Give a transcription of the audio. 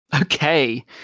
okay